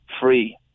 free